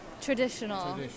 Traditional